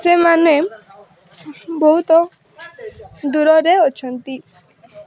ସେମାନେ ବହୁତ ଦୂରରେ ଅଛନ୍ତି